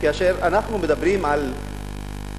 כאשר אנחנו מדברים על יישוב,